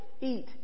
Eat